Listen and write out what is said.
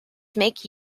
make